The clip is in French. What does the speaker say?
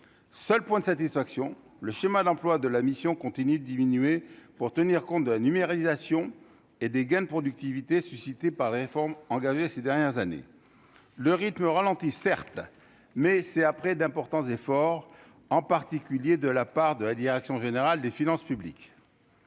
seul point de satisfaction, le schéma d'emploi de la mission continue diminuer pour tenir compte de la numérisation et des gains de productivité suscitées par les réformes engagées ces dernières années, le rythme ralentit, certes, mais c'est après d'importants efforts en particulier de la part de la direction générale des finances publiques.